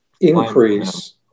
increase